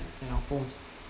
and your phones